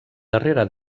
darrera